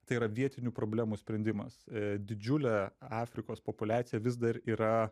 tai yra vietinių problemų sprendimas didžiulė afrikos populiacija vis dar yra